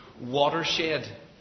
watershed